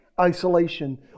isolation